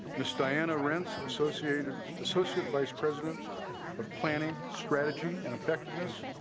miss diana reince associated associate vice president of planning strategy and effectiveness.